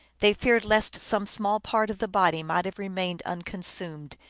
they feared lest some small part of the body might have remained unconsumed,